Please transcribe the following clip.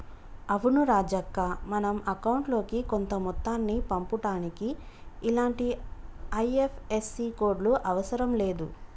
అవును రాజక్క మనం అకౌంట్ లోకి కొంత మొత్తాన్ని పంపుటానికి ఇలాంటి ఐ.ఎఫ్.ఎస్.సి కోడ్లు అవసరం లేదు